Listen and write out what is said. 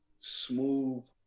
smooth